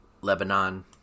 Lebanon